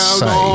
say